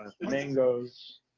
mangoes